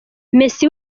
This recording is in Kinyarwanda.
messi